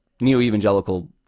neo-evangelical